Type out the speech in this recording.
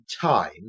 time